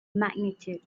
magnitude